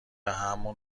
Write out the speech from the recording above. همون